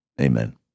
Amen